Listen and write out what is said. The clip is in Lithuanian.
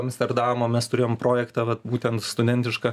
amsterdamo mes turėjom projektą vat būtent studentišką